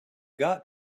got